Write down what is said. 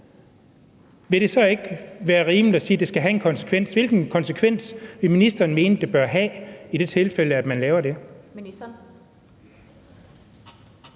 vil det så ikke være rimeligt at sige, at det skal have en konsekvens? Hvilken konsekvens vil ministeren mene det bør have i det tilfælde, at man laver det?